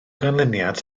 ganlyniad